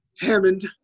Hammond